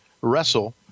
wrestle